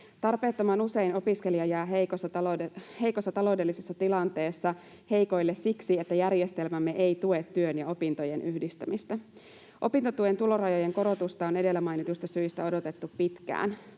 Tarpeettoman usein opiskelija jää heikossa taloudellisessa tilanteessa heikoille siksi, että järjestelmämme ei tue työn ja opintojen yhdistämistä. Opintotuen tulorajojen korotusta on edellä mainituista syistä odotettu pitkään.